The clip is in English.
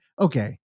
okay